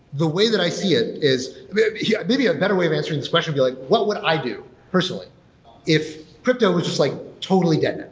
the way that i see it is maybe yeah maybe a better way of answering this question will be like, what would i do personally if crypto was just like totally dead